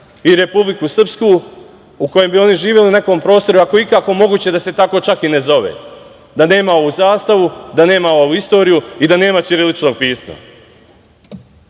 i Republiku Srpsku, u kojim bi oni živeli u nekom prostoru ako je ikako moguće da se tako čak i ne zove, da nema ovu zastavu, da nema ovu istoriju i da nema ćiriličnog pisma. To